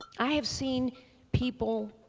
i have seen people,